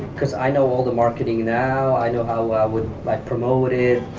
cause i know all the marketing now, i know how i would like promote it,